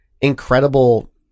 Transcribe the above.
incredible